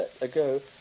ago